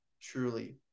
truly